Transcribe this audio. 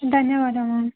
ಧನ್ಯವಾದ ಮ್ಯಾಮ್